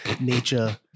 nature